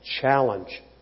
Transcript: challenge